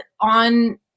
on